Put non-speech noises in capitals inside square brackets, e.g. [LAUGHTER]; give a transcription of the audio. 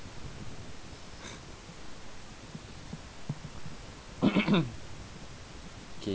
[COUGHS]